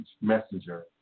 Messenger